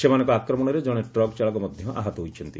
ସେମାନଙ୍କ ଆକ୍ରମଣରେ ଜଣେ ଟ୍ରକ୍ ଚାଳକ ମଧ୍ୟ ଆହତ ହୋଇଛନ୍ତି